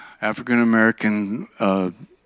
African-American